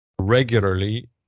regularly